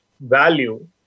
value